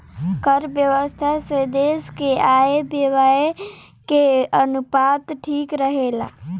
कर व्यवस्था से देस के आय व्यय के अनुपात ठीक रहेला